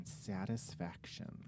satisfaction